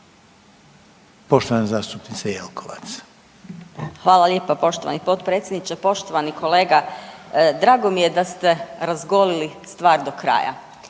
**Jelkovac, Marija (HDZ)** Hvala lijepa poštovani potpredsjedniče. Poštovani kolega, drago mi je da ste razgoliti stvar do kraja